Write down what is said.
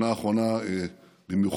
בשנה האחרונה במיוחד,